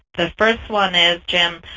the first one is, jim,